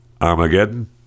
Armageddon